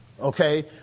Okay